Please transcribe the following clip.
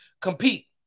compete